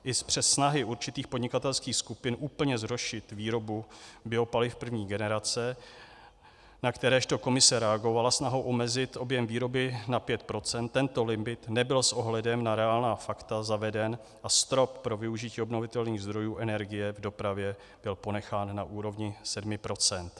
I přes snahy určitých podnikatelských skupin úplně zrušit výrobu biopaliv první generace, na kteréžto Komise reagovala snahou omezit objem výroby na pět procent, tento limit nebyl s ohledem na reálná fakta zaveden a strop pro využití obnovitelných zdrojů energie v dopravě byl ponechán na úrovni sedmi procent.